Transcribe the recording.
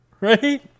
Right